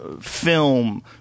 film